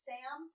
Sam